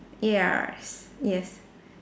yes yes